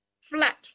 Flat